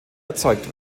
erzeugt